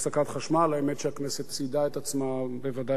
האמת שהכנסת ציידה את עצמה בוודאי בגנרטורים,